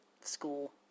school